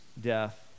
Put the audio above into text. death